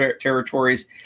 Territories